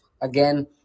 Again